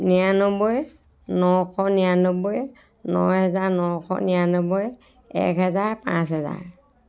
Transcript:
নিৰানব্বৈ নশ নিৰানব্বৈ নহেজাৰ নশ নিৰানব্বৈ এক হাজাৰ পাঁচ হাজাৰ